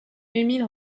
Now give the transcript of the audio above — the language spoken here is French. émile